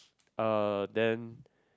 uh then